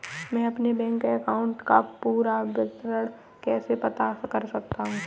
मैं अपने bank account का पूरा विवरण कैसे पता कर सकता हूँ?